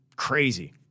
Crazy